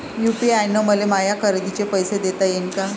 UPI न मले माया खरेदीचे पैसे देता येईन का?